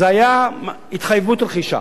זה היה התחייבות רכישה.